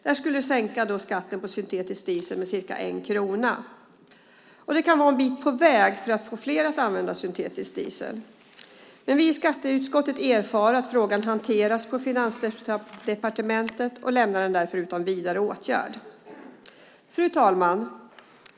Därigenom skulle skatten på syntetisk diesel sänkas med ca 1 krona. Det kan vara en bit på vägen för att få fler att använda syntetisk diesel. Vi i skatteutskottet har erfarit att frågan hanteras på Finansdepartementet och lämnar den därför utan vidare åtgärd. Fru talman!